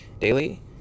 daily